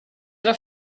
era